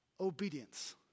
obedience